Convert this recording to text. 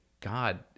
God